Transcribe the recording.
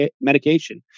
medication